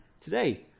today